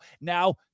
Now